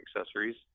Accessories